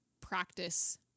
practice